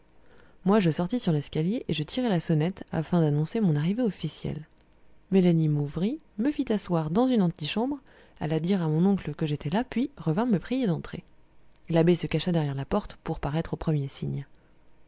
moi je sortis sur l'escalier et je tirai la sonnette afin d'annoncer mon arrivée officielle mélanie m'ouvrit me fit asseoir dans une antichambre alla dire à mon oncle que j'étais là puis revint me prier d'entrer l'abbé se cacha derrière la porte pour paraître au premier signe